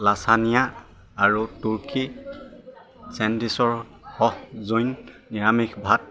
lasagna আৰু তুৰ্কীৰ sandwich সহ জৈন নিৰামিষ ভাত